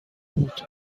بود